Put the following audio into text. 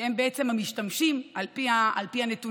שהם בעצם המשתמשים על פי הנתונים,